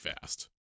fast